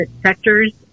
sectors